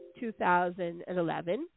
2011